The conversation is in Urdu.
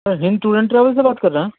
sir Hind tour and travel سے بات کر رہے ہیں